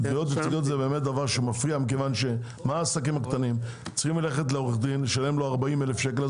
זה באמת דבר שמפריע - העסקים הקטנים צריכים לשלם לעו"ד 40,000 שקל.